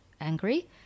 angry